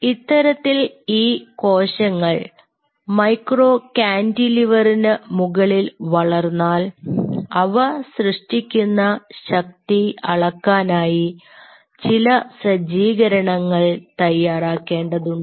ഇത്തരത്തിൽ ഈ കോശങ്ങൾ മൈക്രോ കാന്റിലിവറിനു മുകളിൽ വളർന്നാൽ അവ സൃഷ്ടിക്കുന്ന ശക്തി അളക്കാനായി ചില സജ്ജീകരണങ്ങൾ തയ്യാറാക്കേണ്ടതുണ്ട്